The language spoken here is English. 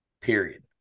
period